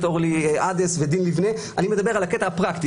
אורלי עדס ודין ליבנה אני מדבר על הקטע הפרקטי,